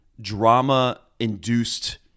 drama-induced